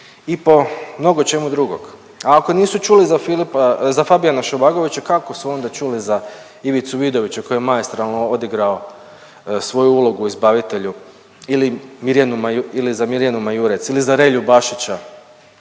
i po mnogo čemu drugog. A ako nisu čuli za Filipa, za Fabijana Šovagovića kako su onda čuli za Ivicu Vidovića koji je maestralno odigrao svoju ulogu u Izbavitelju ili za Mirjanu Majurec ili za Relju Bašića.